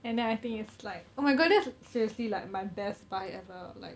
and then I think it's like oh my god that's seriously like my best buy ever like